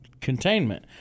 containment